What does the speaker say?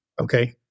Okay